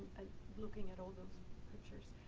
and looking at all those pictures,